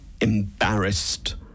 embarrassed